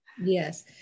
yes